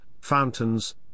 fountains